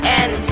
end